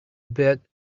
bit